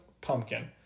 pumpkin